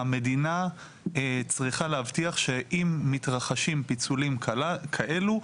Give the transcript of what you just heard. המדינה צריכה להבטיח שאם מתרחשים פיצולים כאלו,